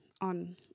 on